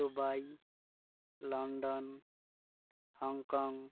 Dubai London Hong Kong